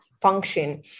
function